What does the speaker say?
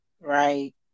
right